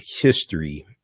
history